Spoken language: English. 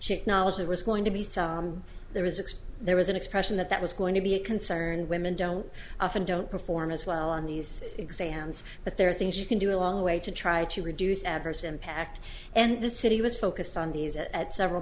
acknowledged it was going to be so there was explain there was an expression that that was going to be a concern women don't often don't perform as well on these exams but there are things you can do along the way to try to reduce adverse impact and the city was focused on these at several